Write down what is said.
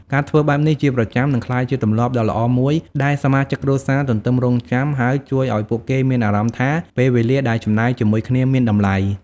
ការធ្វើបែបនេះជាប្រចាំ នឹងក្លាយជាទម្លាប់ដ៏ល្អមួយដែលសមាជិកគ្រួសារទន្ទឹងរង់ចាំ ហើយជួយឱ្យពួកគេមានអារម្មណ៍ថា ពេលវេលាដែលចំណាយជាមួយគ្នាមានតម្លៃ ។